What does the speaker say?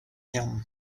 him